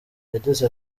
yagize